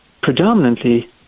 predominantly